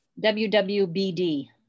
WWBD